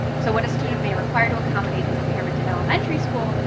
so what a student may require to accommodate his impairment in elementary school,